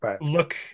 look